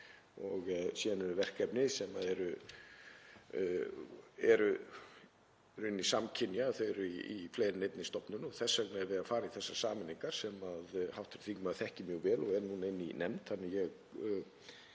Síðan eru verkefni sem eru í rauninni samkynja, þau eru í fleiri en einni stofnun, og þess vegna erum við að fara í þessar sameiningar sem hv. þingmaður þekkir mjög vel og eru núna inni í nefnd,